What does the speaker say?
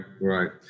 right